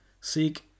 seek